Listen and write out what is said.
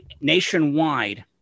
nationwide